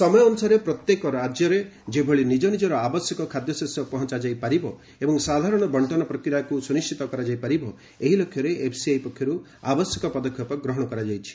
ସମୟ ଅନୁସାରେ ପ୍ରତ୍ୟେକ ରାଜ୍ୟରେ ଯେଭଳି ନିଜ ନିଜର ଆବଶ୍ୟକ ଖାଦ୍ୟଶସ୍ୟ ପହଞ୍ଚାଯାଇ ପାରିବ ଏବଂ ସାଧାରଣ ବଣ୍ଟନ ପ୍ରକ୍ୟାକ୍ ସୁନିଶ୍ଚିତ କରାଯାଇ ପାରିବ ଏହି ଲକ୍ଷ୍ୟରେ ଏଫ୍ସିଆଇ ପକ୍ଷରୁ ଆବଶ୍ୟକ ପଦକ୍ଷେପ ନିଆଯାଇଛି